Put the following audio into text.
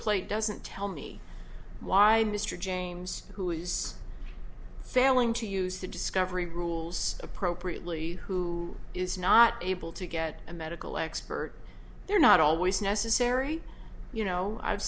plate doesn't tell me why mr james who is failing to use the discovery rules appropriately who is not able to get a medical expert they're not always necessary you know i've